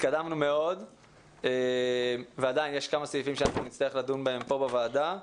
התקדמנו מאוד ועדיין יש כמה סעיפים שאנחנו נצטרך לדון בהם פה בוועדה.